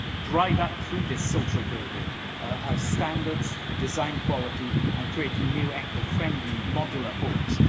drive up through this social building ah standards, the design quality and create new eco-friendly modular homes.